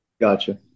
Gotcha